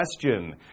question